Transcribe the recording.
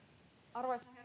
arvoisa herra